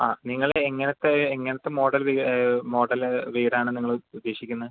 ആ നിങ്ങള് എങ്ങനത്തെ എങ്ങനത്തെ മോഡല് വീ മോഡല് വീടാണ് നിങ്ങള് ഉദ്ദേശിക്കുന്നത്